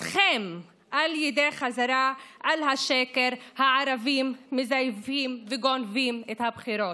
אתכם על ידי חזרה על השקר: הערבים מזייפים וגונבים את הבחירות.